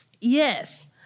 yes